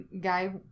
guy